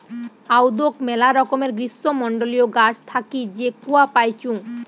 আদৌক মেলা রকমের গ্রীষ্মমন্ডলীয় গাছ থাকি যে কূয়া পাইচুঙ